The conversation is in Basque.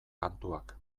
kantuak